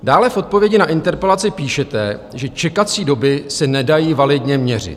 Dále v odpovědi na interpelaci píšete, že čekací doby se nedají validně měřit.